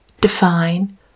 define